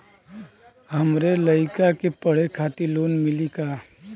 हमरे लयिका के पढ़े खातिर लोन मिलि का?